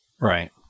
Right